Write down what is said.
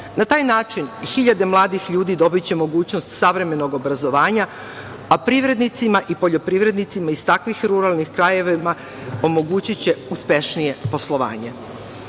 taj način hiljade mladih ljudi dobiće mogućnost savremenog obrazovanja, a privrednicima i poljoprivrednicima iz takvih ruralnih krajeva omogućiće uspešnije poslovanje.